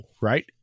right